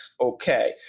Okay